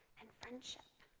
and friendship.